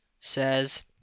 says